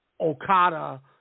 Okada